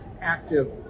active